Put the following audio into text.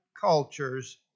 cultures